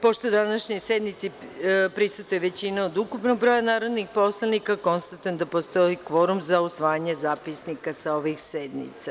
Pošto današnjoj sednici prisutna većina od ukupnog broja narodnih poslanika, konstatujem da postoji kvorum za usvajanje zapisnika sa ovih sednica.